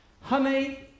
Honey